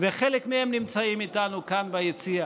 וחלק מהם נמצאים איתנו כאן ביציע.